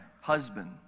husband